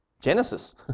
Genesis